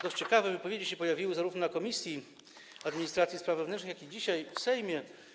Dość ciekawe wypowiedzi pojawiły się zarówno w Komisji Administracji i Spraw Wewnętrznych, jak i dzisiaj w Sejmie.